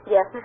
Yes